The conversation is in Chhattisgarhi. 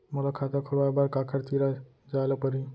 मोला खाता खोलवाय बर काखर तिरा जाय ल परही?